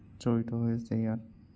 জড়িত হৈ আছে ইয়াত